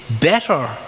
Better